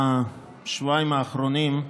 תודה.